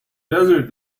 desert